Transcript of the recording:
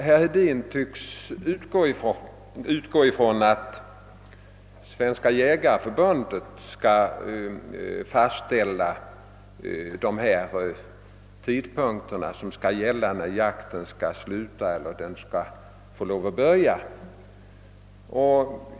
Herr Hedin tycks utgå ifrån att Svenska jägareförbundet skall fastställa de tidpunkter när jakten får börja eller skall sluta.